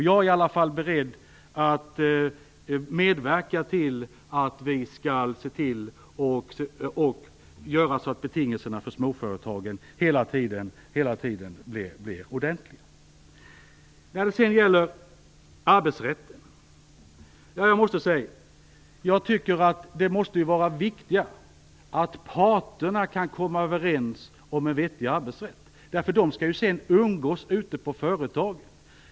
Jag är i alla fall beredd att medverka till att betingelserna för småföretagen hela tiden blir ordentliga. Sedan gäller det arbetsrätten. Jag måste säga att det måste vara viktigare att parterna kan komma överens om en vettig arbetsrätt. De skall ju sedan umgås ute på företagen.